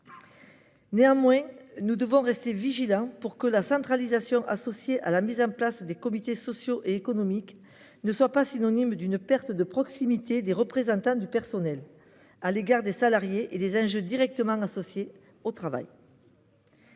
Néanmoins, nous devons rester vigilants pour que la centralisation associée à la mise en place des CSE ne soit pas synonyme d'une perte de proximité des représentants du personnel vis-à-vis des salariés et des enjeux directement associés au travail.